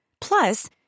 Plus